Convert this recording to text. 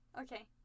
Okay